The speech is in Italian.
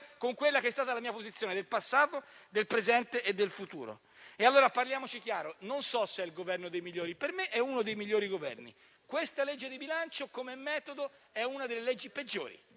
con quella che è stata la mia posizione del passato, del presente e del futuro. Allora parliamoci chiaro: non so se sia il Governo dei migliori, per me è uno dei migliori governi. Questa legge di bilancio, come metodo, è una delle leggi peggiori